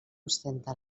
ostenta